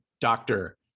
doctor